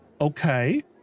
Okay